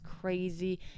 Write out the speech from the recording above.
crazy